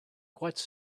quite